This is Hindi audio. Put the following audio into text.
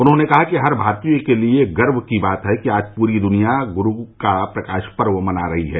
उन्होंने कहा कि हर भारतीय के लिए गर्व की बात है कि आज पूरी दुनिया गुरू का प्रकाश पर्व मना रहा है